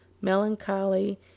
melancholy